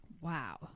Wow